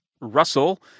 Russell